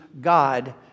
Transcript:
God